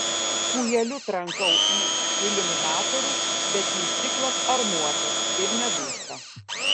kūjeliu trankau į iliuminatorius bet jų stiklas armuotas ir nedūžta